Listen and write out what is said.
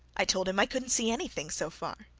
i told him i couldn't see anything so far.